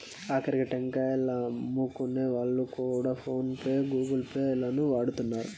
ఆకరికి టెంకాయలమ్ముకునే వ్యక్తులు కూడా ఫోన్ పే గూగుల్ పే లను వాడుతున్నారు